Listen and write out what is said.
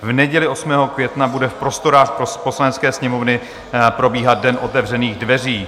V neděli 8. května bude v prostorách Poslanecké sněmovny probíhat den otevřených dveří.